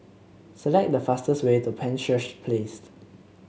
select the fastest way to Penshurst Place